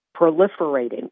proliferating